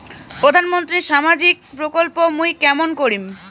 প্রধান মন্ত্রীর সামাজিক প্রকল্প মুই কেমন করিম?